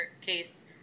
case